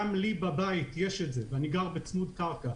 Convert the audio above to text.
גם לי בבית יש את זה ואני גר בצמוד קרקע.